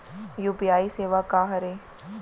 UPI सेवा का हरे?